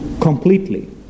completely